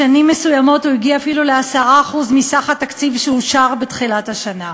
בשנים מסוימות הוא הגיע אפילו ל-10% מסך התקציב שאושר בתחילת השנה.